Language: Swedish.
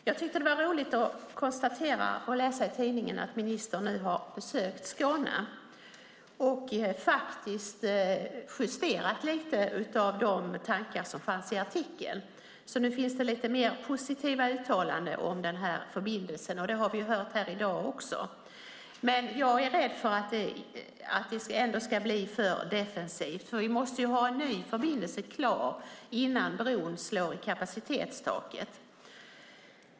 Fru talman! Det var roligt att läsa i tidningen att ministern nu har besökt Skåne och justerat lite av de tankar som fanns i den tidigare nämnda artikeln. Nu finns det lite mer positiva uttalanden om förbindelsen. Det har vi också hört här i dag. Jag är rädd för att det ändå ska bli alltför defensivt. Vi måste ju ha en ny förbindelse klar innan bron slår i kapacitetstaket.